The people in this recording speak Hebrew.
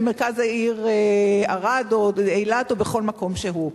למרכז העיר ערד או אילת או לכל מקום שהוא?